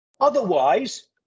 Otherwise